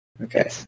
Okay